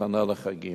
כהכנה לחגים.